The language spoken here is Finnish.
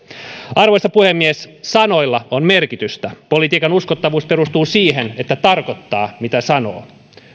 arvoisa puhemies sanoilla on merkitystä politiikan uskottavuus perustuu siihen että tarkoittaa mitä sanoo